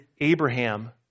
Abraham